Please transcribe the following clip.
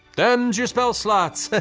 them's your spell slots.